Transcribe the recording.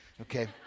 Okay